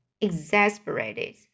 exasperated